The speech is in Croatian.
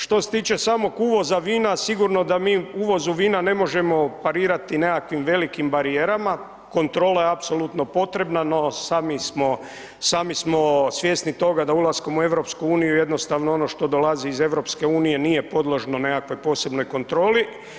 Što se tiče samog uvoza vina, sigurno da mi uvozu vina ne možemo parirati nekakvim velikim barijerama, kontrola je apsolutno potrebna no sami smo svjesni toga da ulaskom u EU jednostavno ono što dolazi iz EU nije podložno nekakvoj posebnoj kontroli.